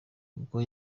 kuko